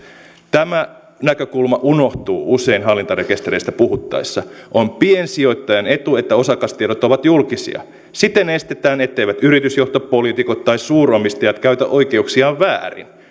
tämä näkökulma unohtuu usein hallintarekistereistä puhuttaessa on piensijoittajan etu että osakastiedot ovat julkisia siten estetään etteivät yritysjohto poliitikot tai suuromistajat käytä oikeuksiaan väärin